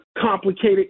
complicated